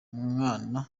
mwana